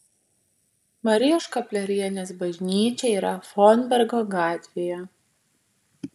marijos škaplierinės bažnyčia yra fonbergo gatvėje